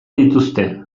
dituzte